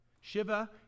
shiva